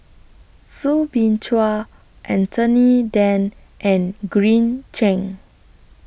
Soo Bin Chua Anthony Then and Green Zeng